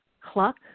Cluck